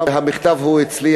והמכתב אצלי,